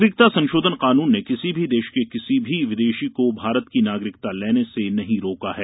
नागरिक संशोधन कानून ने किसी भी देश के किसी भी विदेशी को भारत की नागरिकता लेने से नहीं रोका है